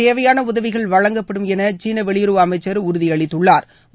தேவையான உதவிகள் வழங்கப்படும் என சீன வெளியுறவு அமைச்சர் உறுதி அளித்துள்ளா்